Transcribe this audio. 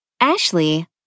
Ashley